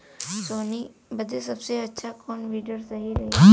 सोहनी बदे सबसे अच्छा कौन वीडर सही रही?